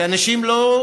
שאנשים לא,